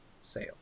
sale